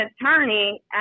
attorney